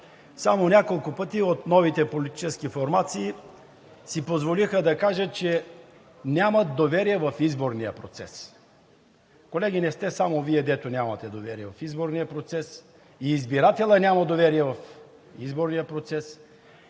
Само няколко пъти от новите политически формации си позволиха да кажат, че нямат доверие в изборния процес. Колеги, не сте само Вие, дето нямате доверие в изборния процес. И избирателят няма доверие в изборния процес,